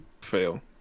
fail